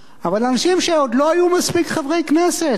אבל אנשים שעוד לא היו מספיק חברי כנסת,